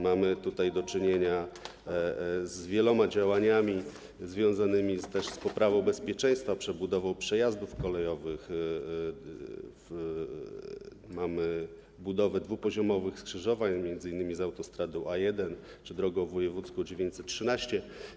Mamy tutaj do czynienia z wieloma działaniami związanymi też z poprawą bezpieczeństwa, przebudową przejazdów kolejowych, budową dwupoziomowych skrzyżowań, m.in. z autostradą A1 czy drogą wojewódzką 913.